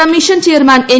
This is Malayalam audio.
commission chairman N